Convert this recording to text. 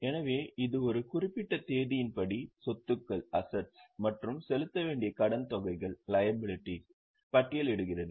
எனவே இது ஒரு குறிப்பிட்ட தேதியின்படி சொத்துக்கள் மற்றும் செலுத்த வேண்டிய கடன் தொகைகளை பட்டியலிடுகிறது